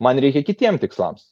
man reikia kitiem tikslams